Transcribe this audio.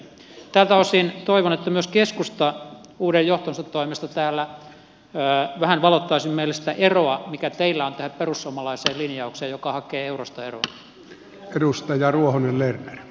tältä osin toivon että myös keskusta uuden johtonsa toimesta täällä vähän valottaisi meille sitä eroa mikä teillä on tähän perussuomalaiseen linjaukseen joka hakee eurosta eroa